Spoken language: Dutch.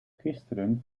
gisteren